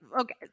Okay